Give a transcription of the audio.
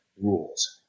rules